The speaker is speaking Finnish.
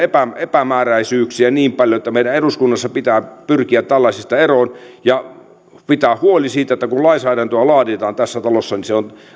epämääräisyyksiä niin paljon että meidän eduskunnassa pitää pyrkiä tällaisista eroon ja pitää huoli siitä että kun lainsäädäntöä laaditaan tässä talossa niin